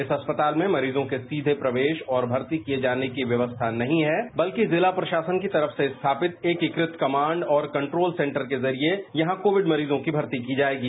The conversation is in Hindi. इस अस्पताल में मरीजों के सीधे प्रवेश और भर्ती किए जाने की व्यवस्था नहीं है बल्कि जिला प्रशासन की तरफ से इन एकीकृत कमांड और कंट्रोल सेंटर के जरिए यहां कोविड मरीजों की भर्ती की जाएगी